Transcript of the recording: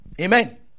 Amen